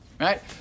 right